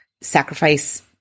sacrifice